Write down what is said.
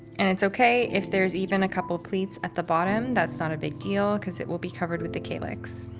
and it's okay. if there's even a couple of pleats at the bottom, that's not a big deal, because it will be covered with the calyx.